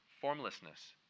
Formlessness